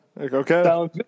Okay